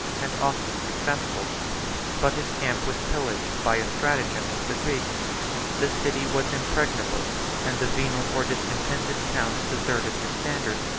and often successful but his camp was pillaged by a stratagem of the greeks the city was impregnable and the venal or discontented counts deserted his standard,